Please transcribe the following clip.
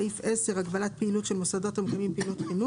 סעיף 10 מדבר על הגבלת פעילות של מוסדות תרבות וחינוך,